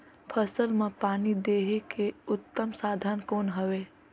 फसल मां पानी देहे के उत्तम साधन कौन हवे?